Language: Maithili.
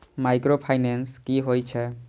माइक्रो फाइनेंस कि होई छै?